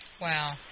Wow